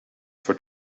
for